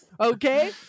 Okay